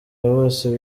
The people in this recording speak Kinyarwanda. bose